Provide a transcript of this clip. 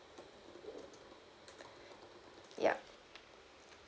yup